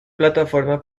plataforma